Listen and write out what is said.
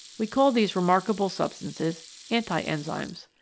we call these remrakable substances anti-enzymes.